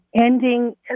ending